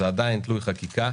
זה עדיין תלוי חקיקה.